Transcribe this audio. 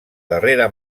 darrera